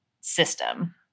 system